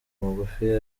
magufi